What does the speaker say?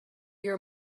your